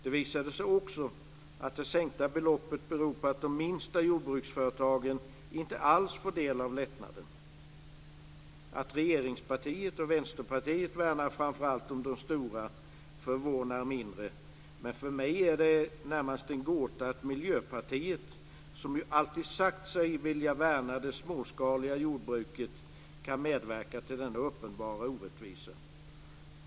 Det visade sig också att det sänkta beloppet beror på att de minsta jordbruksföretagen inte alls får del av lättnaden. Att regeringspartiet och Vänsterpartiet värnar framför allt om de stora förvånar mindre, men för mig är det en gåta att Miljöpartiet, som ju alltid sagt sig vilja värna det småskaliga jordbruket, kan medverka till denna uppenbara orättvisa.